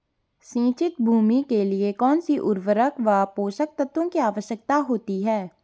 सिंचित भूमि के लिए कौन सी उर्वरक व पोषक तत्वों की आवश्यकता होती है?